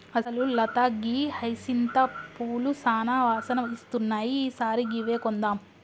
అసలు లత గీ హైసింత పూలు సానా వాసన ఇస్తున్నాయి ఈ సారి గివ్వే కొందాం